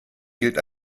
gilt